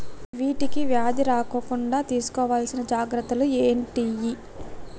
వీటికి వ్యాధి రాకుండా తీసుకోవాల్సిన జాగ్రత్తలు ఏంటియి?